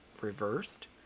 reversed